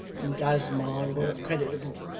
and does my work creditable.